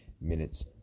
minutes